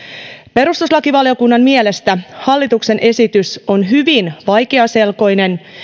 perustuslakivaliokunnan mielestä hallituksen esitys on hyvin vaikeaselkoinen